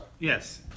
Yes